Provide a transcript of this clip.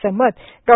असे मत डॉ